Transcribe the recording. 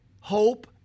hope